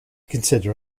consider